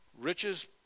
Riches